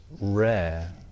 rare